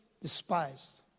despised